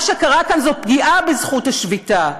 מה שקרה כאן זה פגיעה בזכות השביתה,